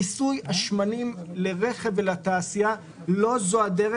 מיסוי השמנים לרכב ולתעשייה היא לא דרך.